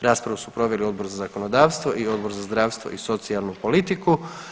Raspravu su proveli Odbor za zakonodavstvo i Odbor za zdravstvo i socijalnu politiku.